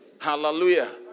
Hallelujah